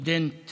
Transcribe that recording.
סטודנט